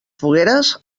fogueres